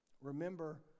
remember